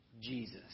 Jesus